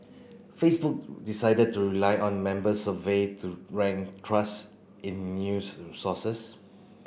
Facebook decided to rely on member survey to rank trust in news sources